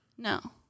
No